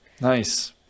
Nice